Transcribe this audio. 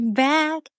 back